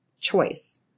choice